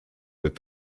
with